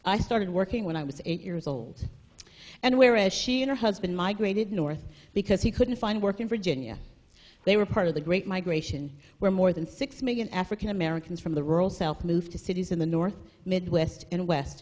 i started working when i was eight years old and where as she and her husband migrated north because he couldn't find work in virginia they were part of the great migration where more than six million african americans from the rural south moved to cities in the north midwest and west